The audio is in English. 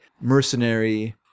mercenary